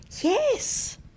Yes